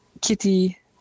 Kitty